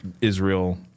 Israel